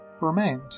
remained